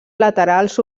laterals